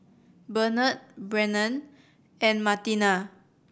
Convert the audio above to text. Benard Brennan and Martina